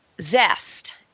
zest